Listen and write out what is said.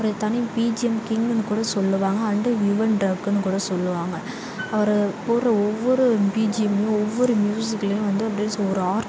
ஒரு தனி பீஜிஎம் கிங்ன்னு கூட சொல்லுவாங்க அண்டு யுவன் ட்ரக்குனு கூட சொல்லுவாங்க அவரு போடுற ஒவ்வொரு பீஜிஎம்லேயும் ஒவ்வொரு மியூசிக்லேயும் வந்து அப்படியே ஒரு ஆர்ட்டு